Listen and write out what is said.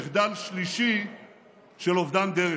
מחדל שלישי של אובדן דרך.